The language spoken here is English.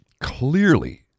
clearly